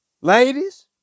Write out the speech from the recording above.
Ladies